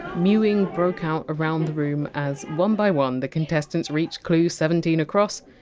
mewing broke out around the room, as one by one the contestants reached clue seventeen across!